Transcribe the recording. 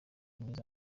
mwiza